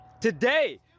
Today